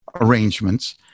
arrangements